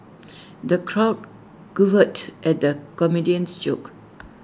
the crowd guffawed at the comedian's jokes